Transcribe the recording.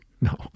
no